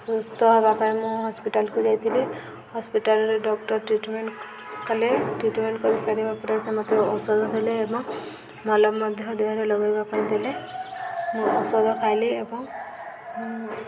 ସୁସ୍ଥ ହେବା ପାଇଁ ମୁଁ ହସ୍ପିଟାଲ୍କୁ ଯାଇଥିଲି ହସ୍ପିଟାଲ୍ରେ ଡ଼କ୍ଟର୍ ଟ୍ରିଟମେଣ୍ଟ କଲେ ଟ୍ରିଟମେଣ୍ଟ କରିସାରିବା ପରେ ସେ ମୋତେ ଔଷଧ ଦେଲେ ଏବଂ ମଲମ୍ ମଧ୍ୟ ଦେହରେ ଲଗେଇବା ପାଇଁ ଦେଲେ ମୁଁ ଔଷଧ ଖାଇଲି ଏବଂ